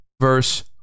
verse